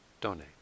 donate